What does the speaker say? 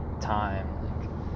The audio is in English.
time